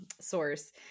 source